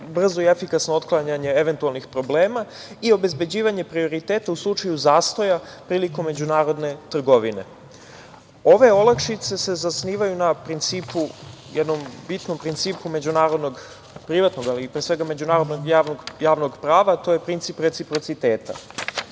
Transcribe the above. brzo i efikasno otklanjanje eventualnih problema i obezbeđivanje prioriteta u slučaju zastoja prilikom međunarodne trgovine. Ove olakšice se zasnivaju na jednom bitnom principu međunarodnog privatnog, ali pre svega međunarodnog javnog prava, a to je princip reciprociteta. Ja